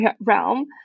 realm